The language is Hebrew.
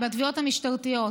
הן בתביעות המשטרתיות.